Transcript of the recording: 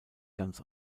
ganz